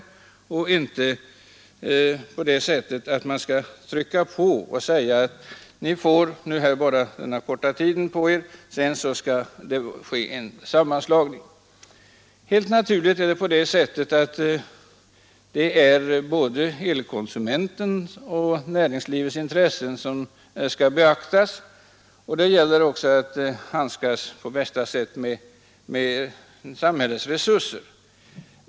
Kommerskollegium får inte bara föreskriva att en förening erhåller en kort tid på sig för att ordna med en sammanslagning. Helt naturligt skall näringslivets och andra elkonsumenterns intressen beaktas, och det gäller också att handskas på bästa sätt med samhällets resurser.